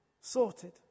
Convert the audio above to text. sorted